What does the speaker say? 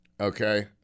Okay